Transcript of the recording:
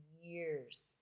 years